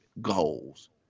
goals